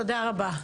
תודה רבה.